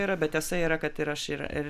yra bet tiesa yra kad ir aš ir ir